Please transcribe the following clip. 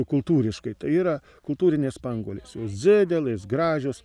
kultūriškai tai yra kultūrinės spanguolės jos dzidelės gražios